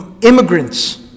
immigrants